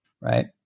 Right